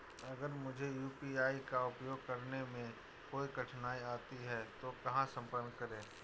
अगर मुझे यू.पी.आई का उपयोग करने में कोई कठिनाई आती है तो कहां संपर्क करें?